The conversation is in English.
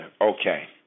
okay